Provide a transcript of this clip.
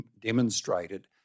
demonstrated